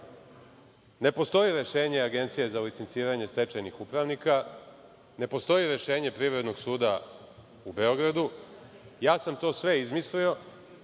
ne postoji rešenje Agencije za licenciranje stečajnih upravnik, ne postoji rešenje Privrednog suda u Beogradu, ja sam to sve izmislio